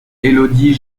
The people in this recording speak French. élodie